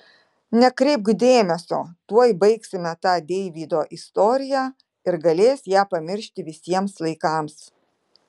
nekreipk dėmesio tuoj baigsime tą deivydo istoriją ir galės ją pamiršti visiems laikams